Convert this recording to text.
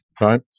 Right